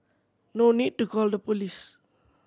no need to call the police